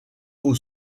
aux